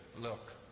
Look